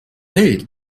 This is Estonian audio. need